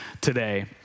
today